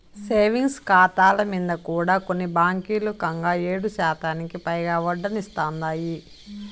savings కాతాల మింద కూడా కొన్ని బాంకీలు కంగా ఏడుశాతానికి పైగా ఒడ్డనిస్తాందాయి